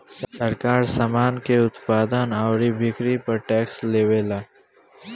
सरकार, सामान के उत्पादन अउरी बिक्री पर टैक्स लेवेले